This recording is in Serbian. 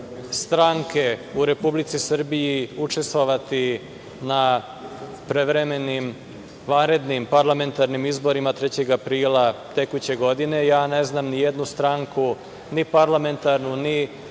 u Republici Srbiji učestvovati na prevremenim vanrednim parlamentarnim izborima 3. aprila tekuće godine. Ja ne znam ni jednu stranku, ni parlamentarnu, ni